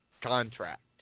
contract